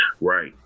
Right